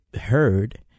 heard